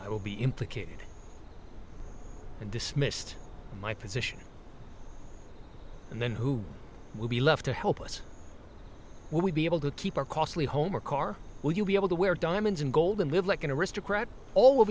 i will be implicated and dismissed my position and then who will be left to help us we be able to keep our costly home or car will you be able to wear diamonds and gold and live like an aristocrat all will